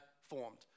formed